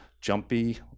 jumpy